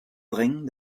drängen